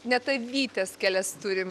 net avytės kelias turim